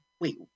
wait